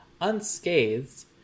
unscathed